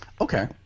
Okay